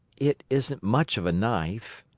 it isn't much of a knife,